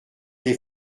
des